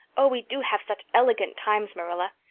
oh, we do have such elegant times, marilla.